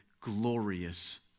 glorious